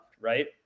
right